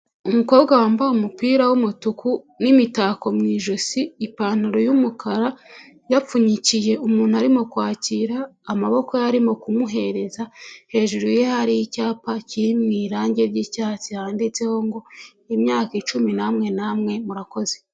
Umukobwa wambaye umupira w'umutuku n'imitako mu ijosi, ipantaro y'umukara, yapfunyikiye umuntu arimo kwakira, amaboko yari arimo kumuhereza, hejuru ye hari icyapa kiri mu irange ry'icyatsi handitseho ngo "imyaka icumi namwe namwe, murakoze."